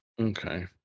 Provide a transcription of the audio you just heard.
Okay